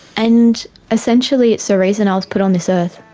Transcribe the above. and essentially, it's the reason i was put on this earth.